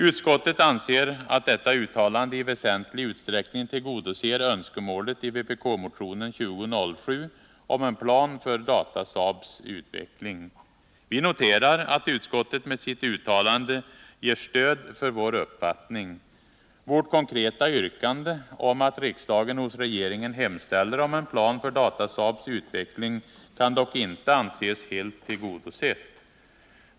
Utskottet anser att detta uttalande i väsentlig utsträckning tillgodoser önskemålet i vpk-motionen 2007 om en plan för Datasaabs utveckling. Vi noterar att utskottet med sitt uttalande ger stöd för vår uppfattning. Vårt konkreta yrkande om att riksdagen hos regeringen hemställer om en plan för Datasaabs utveckling kan dock inte anses helt tillgodosett.